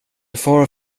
far